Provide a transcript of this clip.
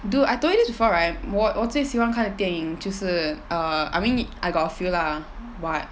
dude I told you this before right 我我最喜欢看的电影就是 err I mean I got a few lah [what]